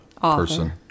person